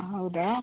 ಹೌದಾ